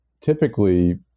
typically